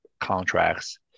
contracts